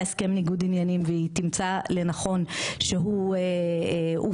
הסכם ניגוד עניינים והיא תמצא לנכון שהוא הופר,